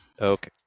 Okay